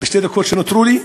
בשתי הדקות שנותרו לי.